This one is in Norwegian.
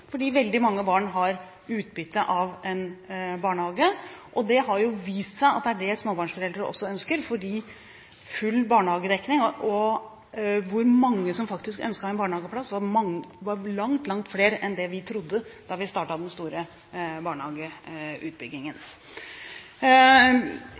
fordi veldig mange barn har utbytte av å gå i barnehage. Det har jo vist seg at det er det småbarnsforeldre også ønsker: full barnehagedekning. Det var langt, langt flere enn det vi trodde da vi startet den store